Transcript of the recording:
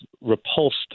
repulsed